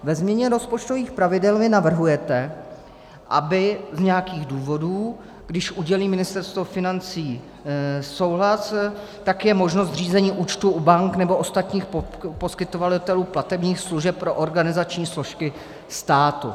Ve změně rozpočtových pravidel vy navrhujete, aby z nějakých důvodů, když udělí Ministerstvo financí souhlas, tak je možno zřízení účtu u bank nebo ostatních poskytovatelů platebních služeb pro organizační složky státu.